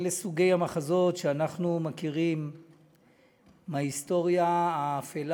אלה סוגי המחזות שאנחנו מכירים מההיסטוריה האפלה